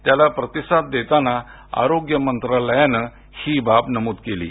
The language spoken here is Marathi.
त्याला प्रतिसाद देताना आरोग्य मंत्रालयानं ही बाब नमूद केली आहे